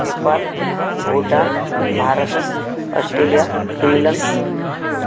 नेपाल् भूटान् भारतम् Australia England